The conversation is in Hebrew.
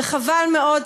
וחבל מאוד,